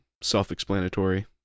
self-explanatory